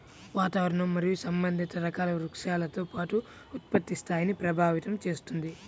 వాతావరణం మరియు సంబంధిత రకాల వృక్షాలతో పాటు ఉత్పత్తి స్థాయిని ప్రభావితం చేస్తుంది